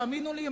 תאמינו לי,